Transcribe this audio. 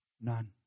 none